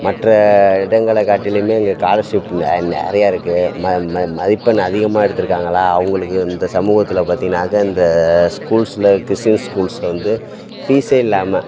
மற்ற இடங்களை காட்டிலையுமே இங்கே ஸ்காலர்ஷிப் நெ நிறையா இருக்குது ம ம மதிப்பெண் அதிகமாக எடுத்துருக்காங்களா அவங்களுக்கு இந்த சமூகத்தில் பார்த்தீங்கனாக்க இந்த ஸ்கூல்ஸில் கிறிஸ்டின் ஸ்கூல்ஸில் வந்து ஃபீஸே இல்லாமல்